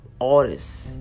artists